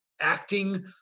acting